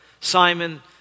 Simon